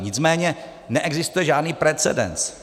Nicméně neexistuje žádný precedens.